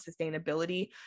sustainability